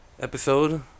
episode